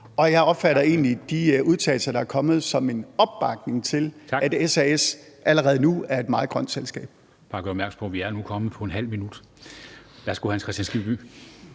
og jeg opfatter egentlig de udtalelser, der er kommet, som en opbakning til, at SAS allerede nu er et meget grønt selskab.